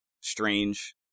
strange